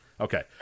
Okay